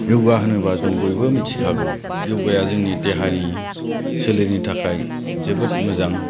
योगा होनोब्ला जों बयबो मिथिखागौ योगाया जोंनि देहानि सोलेरनि थाखाय जोबोद मोजां